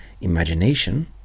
imagination